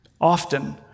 Often